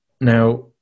Now